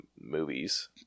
Movies